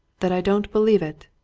that i don't believe it!